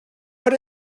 but